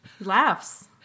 Laughs